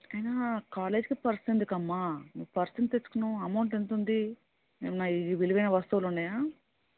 అయినా కాలేజ్కి పర్స్ ఎందుకమ్మా నువ్వు పర్స్ ఎందుకు తెచ్చుకున్నావు అమౌంట్ ఎంతుంది ఏమైనా విలువైన వస్తువులు ఉన్నాయా